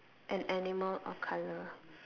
an animal or color